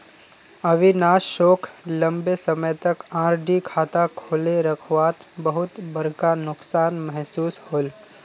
अविनाश सोक लंबे समय तक आर.डी खाता खोले रखवात बहुत बड़का नुकसान महसूस होल